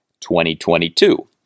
2022